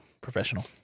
Professional